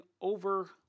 over